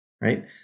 Right